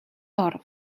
оров